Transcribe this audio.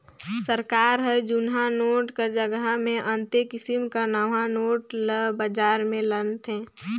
सरकार हर जुनहा नोट कर जगहा मे अन्ते किसिम कर नावा नोट ल बजार में लानथे